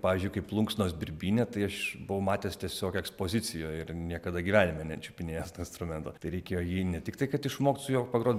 pavyzdžiui kaip plunksnos birbynė tai aš buvau matęs tiesiog ekspozicijoj ir niekada gyvenime nečiupinėjęs to instrumento tai reikėjo jį ne tiktai kad išmokt su juo pagrot